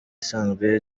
isanzwe